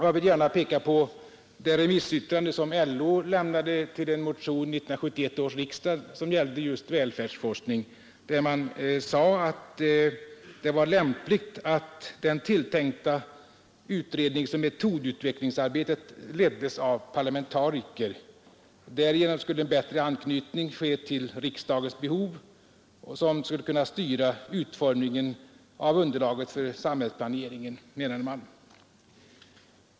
Jag vill gärna peka på det remissyttrande som LO avgav över en motion vid 1971 års riksdag angående just välfärdsforskning. LO ansåg att det var lämpligt att det tilltänkta utredningsoch metodutvecklingsarbetet leddes av parlamentariker. Därigenom skulle en bättre anknytning ske till riksdagens behov av att kunna styra utformningen av underlaget för samhällsplaneringen, ansåg LO.